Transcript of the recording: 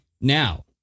now